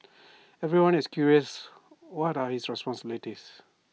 everyone is curious what are his responsibilities